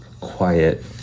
quiet